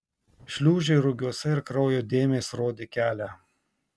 šliūžė rugiuose ir kraujo dėmės rodė kelią